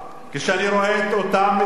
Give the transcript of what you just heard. כשאני רואה את אותם מתמחים,